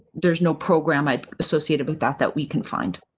there's no program i associated with that, that we can find.